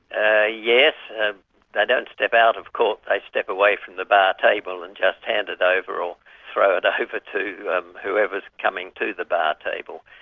ah yes ah they don't step out of court, they step away from the bar table and just hand it over or throw it ah over to um whoever's coming to the bar table.